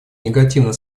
негативно